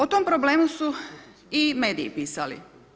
O tom problemu su i mediji pisali.